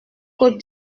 côte